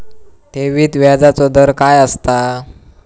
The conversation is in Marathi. ठेवीत व्याजचो दर काय असता?